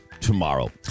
tomorrow